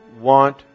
want